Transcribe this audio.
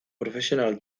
profesional